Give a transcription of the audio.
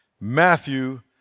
Matthew